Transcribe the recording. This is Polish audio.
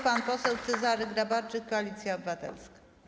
Pan poseł Cezary Grabarczyk, Koalicja Obywatelska.